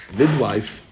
midwife